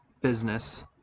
business